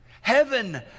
Heaven